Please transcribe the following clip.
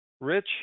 rich